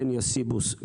דניה סיבוס,